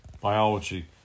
biology